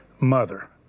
mother